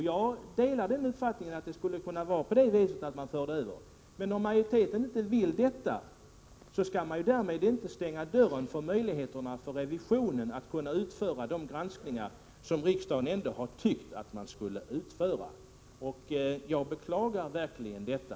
Jag delar uppfattningen att man skulle kunna göra en överföring, men om majoriteten inte vill det skall man inte stänga dörren för riksdagens revisorer att kunna utföra de granskningsuppgifter som riksdagen ändå har tyckt att vi skall utföra. Jag beklagar verkligen detta.